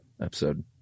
episode